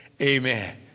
Amen